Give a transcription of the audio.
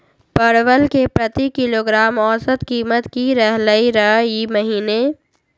परवल के प्रति किलोग्राम औसत कीमत की रहलई र ई महीने?